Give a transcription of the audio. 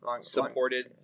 supported